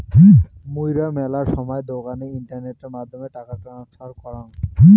মুইরা মেলা সময় দোকানে ইন্টারনেটের মাধ্যমে টাকা ট্রান্সফার করাং